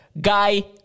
guy